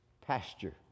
pasture